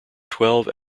twelve